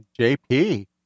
JP